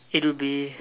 it will be